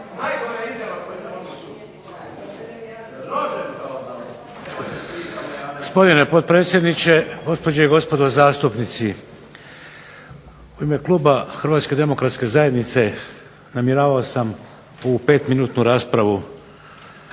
Vladimir (HDZ)** Gospodine potpredsjedniče, gospođe i gospodo zastupnici. U ime kluba Hrvatske demokratske zajednice namjeravao sam ovu pet minutnu raspravu